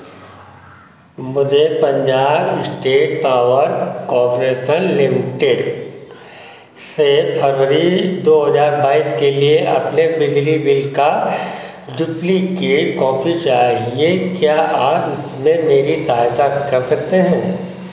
मुझे Punjab state power corporation limited से फरवरी दो हज़ार बाईस के लिए अपने बिजली बिल डुप्लिकेट कॉपी चाहिए क्या आप इसमें मेरी सहायता कर सकते हैं